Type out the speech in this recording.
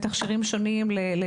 הכנסנו גם תכשירים שונים לסרטן.